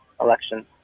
election